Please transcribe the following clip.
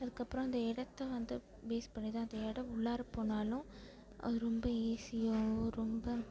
அதுக்கு அப்புறம் அந்த இடத்த வந்து பேஸ் பண்ணி தான் அந்த இடம் உள்ளாற போனாலும் அது ரொம்ப ஏசியும் ரொம்ப